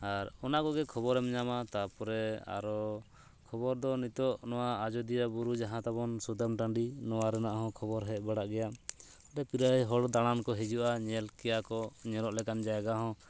ᱟᱨ ᱚᱱᱟᱠᱚᱜᱮ ᱠᱷᱚᱵᱚᱨᱮᱢ ᱧᱟᱢᱟ ᱛᱟᱯᱚᱨᱮ ᱟᱨᱚ ᱠᱷᱚᱵᱚᱨ ᱫᱚ ᱱᱤᱛᱚᱜ ᱱᱚᱣᱟ ᱟᱡᱚᱫᱤᱭᱟᱹ ᱵᱩᱨᱩ ᱡᱟᱦᱟᱸ ᱛᱟᱵᱚᱱ ᱥᱩᱛᱟᱹᱱ ᱴᱟᱸᱰᱤ ᱱᱚᱣᱟ ᱨᱮᱱᱟᱜ ᱦᱚᱸ ᱠᱷᱚᱵᱚᱨ ᱦᱮᱡ ᱵᱟᱲᱟᱜ ᱜᱮᱭᱟ ᱚᱸᱰᱮ ᱯᱨᱟᱭ ᱦᱚᱲ ᱫᱟᱬᱟᱱ ᱠᱚ ᱦᱤᱡᱩᱜᱼᱟ ᱧᱮᱞ ᱠᱮᱭᱟ ᱠᱚ ᱧᱮᱞᱚᱜ ᱞᱮᱠᱟᱱ ᱡᱟᱭᱜᱟ ᱦᱚᱸ